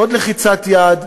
עוד לחיצת יד,